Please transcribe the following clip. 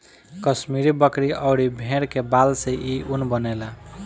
कश्मीरी बकरी अउरी भेड़ के बाल से इ ऊन बनेला